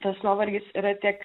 tas nuovargis yra tiek